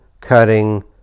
cutting